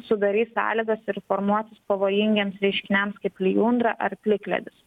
sudarys sąlygas ir formuotis pavojingiems reiškiniams kaip lijundra ar plikledis